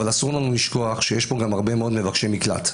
אבל אסור לנו לשכוח שיש פה גם הרבה מאוד מבקשי מקלט.